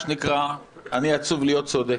אני עצוב להיות צודק.